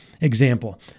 example